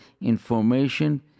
information